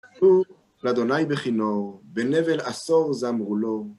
הוא, לאדוני בכינור, בנבל עשור זמרו לו.